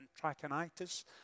Trachonitis